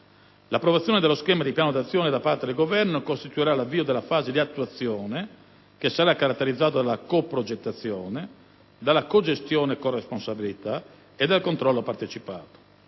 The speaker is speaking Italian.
L'approvazione dello schema di Piano d'azione da parte del Governo costituirà l'avvio della fase di attuazione, che sarà caratterizzata dalla coprogettazione, dalla cogestione e corresponsabilità e dal controllo partecipato.